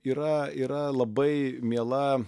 yra yra labai miela